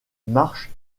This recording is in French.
marches